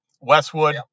Westwood